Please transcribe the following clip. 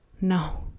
no